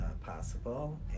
possible